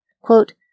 Quote